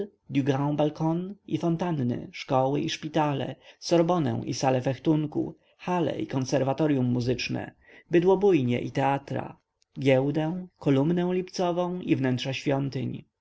balcon i fontanny szkoły i szpitale sorbonę i sale fechtunku halle i konserwatoryum muzyczne bydłobójnie i teatra giełdę kolumnę lipcową i wnętrza świątyń